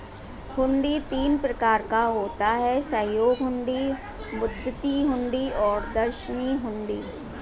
हुंडी तीन प्रकार का होता है सहयोग हुंडी, मुद्दती हुंडी और दर्शनी हुंडी